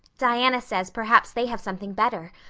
diana says perhaps they have something better,